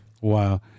Wow